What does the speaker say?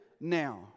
now